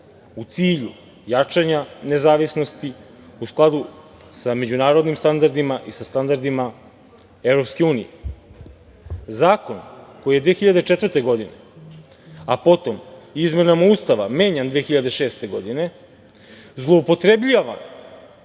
u cilju jačanja nezavisnosti u skladu sa međunarodnim standardima i sa standardima EU.Zakon koji je 2004. godine, a potom izmenama Ustava menjan 2006. godine, zloupotrebljava